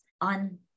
on